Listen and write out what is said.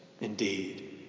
Indeed